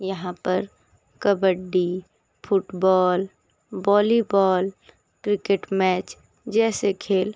यहाँ पर kabaddi football volleyball cricket match जैसे खेल